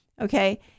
Okay